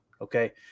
Okay